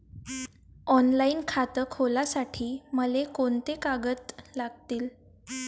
Online खातं खोलासाठी मले कोंते कागद लागतील?